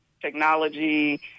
technology